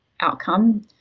outcome